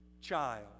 child